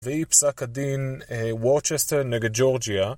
והיא פסקת דין ווארצ'סטר נגד ג'ורג'יה.